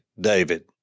David